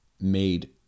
made